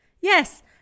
yes